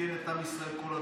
שאפיין את עם ישראל כל הדורות.